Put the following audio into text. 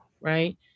right